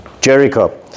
Jericho